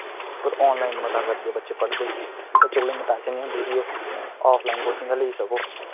पर आनलाइन मता करदे बच्चे पढ़दे बच्चे कोल इन्ने पैसे नेईं होंदे कि ओह् आफलाइन कोचिंगां लेई सको